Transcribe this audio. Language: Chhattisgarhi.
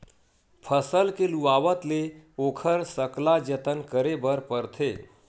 फसल के लुवावत ले ओखर सकला जतन करे बर परथे